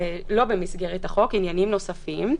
לא במסגרת החוק, עניינים נוספים.